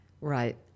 Right